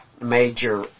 major